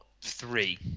three